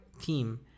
team